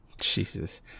Jesus